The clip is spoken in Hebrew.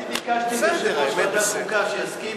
אני ביקשתי מיושב-ראש ועדת חוקה שיסכים